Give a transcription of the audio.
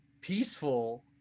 peaceful